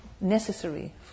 necessary